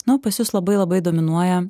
nu pas jus labai labai dominuoja